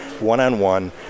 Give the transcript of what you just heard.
one-on-one